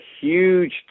huge